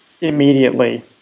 immediately